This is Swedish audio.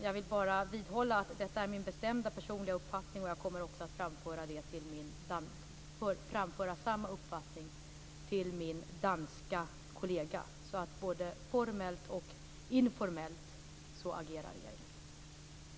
Jag vill bara vidhålla att detta är min bestämda personliga uppfattning, och jag kommer också att framföra samma uppfattning till min danska kollega. Både formellt och informellt agerar regeringen.